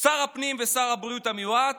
שר הפנים ושר הבריאות המיועד